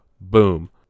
Boom